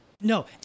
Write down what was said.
No